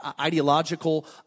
ideological